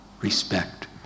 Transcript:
respect